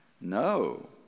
No